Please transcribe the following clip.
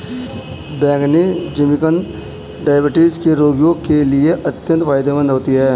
बैंगनी जिमीकंद डायबिटीज के रोगियों के लिए अत्यंत फायदेमंद होता है